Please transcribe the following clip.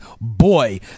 Boy